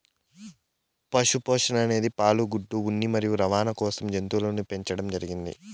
పశు పోషణ అనేది పాలు, గుడ్లు, ఉన్ని మరియు రవాణ కోసం జంతువులను పెంచండం జరిగింది